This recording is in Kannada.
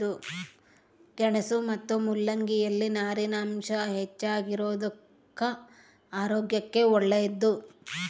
ಗೆಣಸು ಮತ್ತು ಮುಲ್ಲಂಗಿ ಯಲ್ಲಿ ನಾರಿನಾಂಶ ಹೆಚ್ಚಿಗಿರೋದುಕ್ಕ ಆರೋಗ್ಯಕ್ಕೆ ಒಳ್ಳೇದು